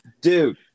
dude